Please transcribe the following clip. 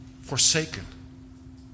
forsaken